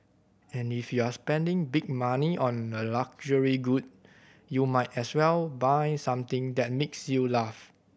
and if you're spending big money on a luxury good you might as well buy something that makes you laugh